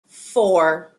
four